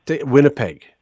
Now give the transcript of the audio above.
Winnipeg